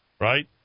right